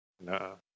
No